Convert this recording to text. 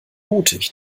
mutig